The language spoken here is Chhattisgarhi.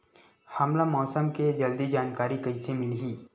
हमला मौसम के जल्दी जानकारी कइसे मिलही?